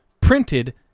printed